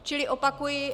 Čili opakuji.